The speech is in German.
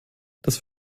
das